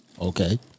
Okay